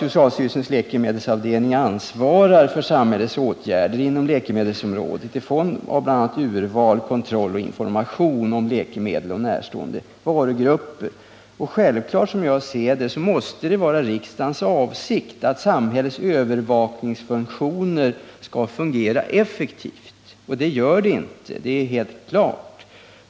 Socialstyrelsens läkemedelsavdeining ansvarar för samhällets åtgärder inom läkemedelsområdet i form av bl.a. urval, kontroll och information om läkemedel och närstående varugrupper. Som jag ser det måste det vara riksdagens avsikt att samhällets övervakningsfunktioner skall fungera effektivt. Så är inte fallet i fråga om läkemedelsavdelningen, den saken är helt klar.